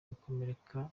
bagakomereka